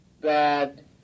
bad